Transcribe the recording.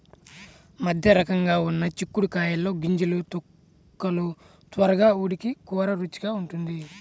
మధ్యరకంగా ఉన్న చిక్కుడు కాయల్లో గింజలు, తొక్కలు త్వరగా ఉడికి కూర రుచిగా ఉంటుంది